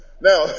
Now